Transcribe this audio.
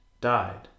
died